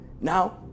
Now